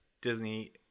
disney